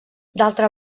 d’altra